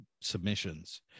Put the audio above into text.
submissions